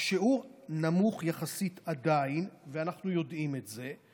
השיעור עדיין נמוך יחסית, ואנחנו יודעים את זה,